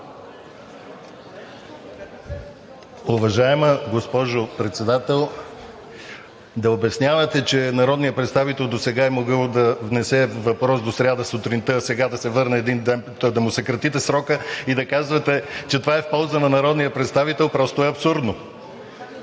Уважаема госпожо Председател, да обяснявате, че народният представител досега е могъл да внесе въпрос до сряда сутринта, а сега да му съкратите срока и да казвате, че това е в полза на народния представител, просто е абсурдно.